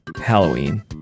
halloween